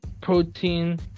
protein